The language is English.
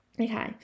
okay